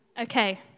Okay